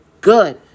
good